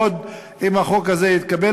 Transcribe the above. בעוד שאם החוק הזה יתקבל,